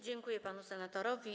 Dziękuję panu senatorowi.